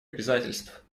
обязательств